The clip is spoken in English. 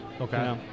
Okay